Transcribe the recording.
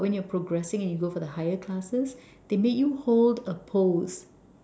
but when you're progressing and you go for the higher classes they make you hold a pose